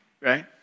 right